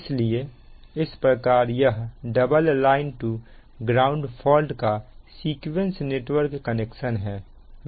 इसलिए इस प्रकार यह double line to ground fault का सीक्वेंस नेटवर्क कनेक्शन है